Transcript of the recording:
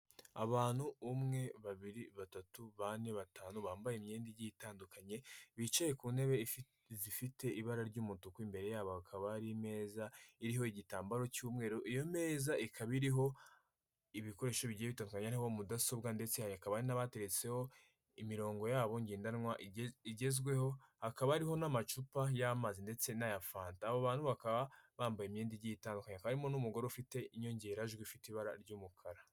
Abantu umwe, babiri, batatu, bane, batanu bambaye imyenda igiye itandukanye bicaye ku ntebe zifite ibara ry'umutuku imbere yabo hakaba hari imeza iriho igitambaro cy'umweru iyo meza ikaba iriho ibikoresho bigiye bitandukanye nka mudasobwa ndetse hakaba hari n'abatereretseho imirongo yabo ngendanwa igezweho hakaba hariho n'amacupa y'amazi ndetse n'aya fanta abantu bakaba bambaye imyenda igiye itandukanye, harimo n'umugore ufite inyongerajwi ifite ibara ry'umukara.